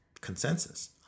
consensus